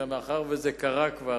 ומאחר שזה קרה כבר,